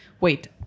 Wait